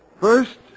First